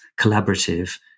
collaborative